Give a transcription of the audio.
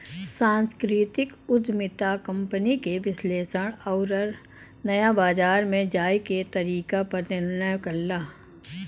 सांस्कृतिक उद्यमिता कंपनी के विश्लेषण आउर नया बाजार में जाये क तरीके पर निर्णय करला